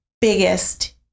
biggest